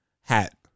hat